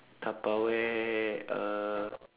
Tupperware uh